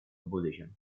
будущем